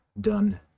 done